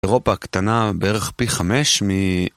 אירופה קטנה בערך פי חמש מ...